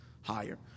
higher